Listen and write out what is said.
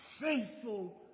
faithful